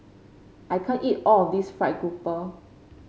I can't eat all of this fried grouper